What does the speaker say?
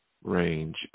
range